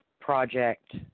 project